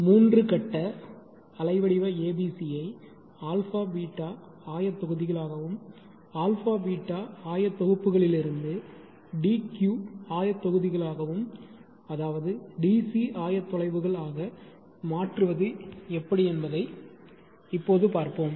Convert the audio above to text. மூன்று கட்ட அலைவடிவ ABC யை α β ஆயத்தொகுதிகளாகவும் α β ஆயத்தொகுப்புகளிலிருந்து D Q ஆயத்தொகுதிகளாகவும் அதாவது DC ஆயத்தொலைவுகள் ஆக மாற்றுவது எப்படி என்பதை இப்போது பார்ப்போம்